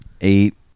eight